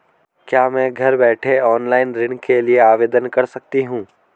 क्या मैं घर बैठे ऑनलाइन ऋण के लिए आवेदन कर सकती हूँ?